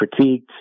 critiqued